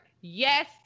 yes